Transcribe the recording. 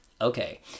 okay